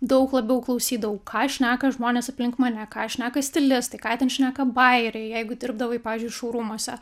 daug labiau klausydavau ką šneka žmonės aplink mane ką šneka stilistai ką ten šneka bajeriai jeigu dirbdavai pavyzdžiui šou rūmuose